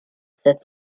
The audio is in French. sept